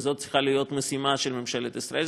וזאת צריכה להיות משימה של ממשלת ישראל.